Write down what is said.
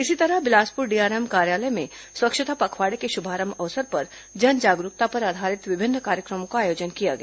इसी तरह बिलासपुर डीआरएम कार्यालय में स्वच्छता पखवाड़े के शुभारंभ अवसर पर जन जागरूकता पर आधारित विभिन्न कार्यक्रमों का आयोजन किया गया